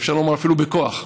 אפשר לומר אפילו בכוח,